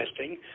testing